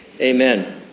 Amen